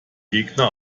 gegner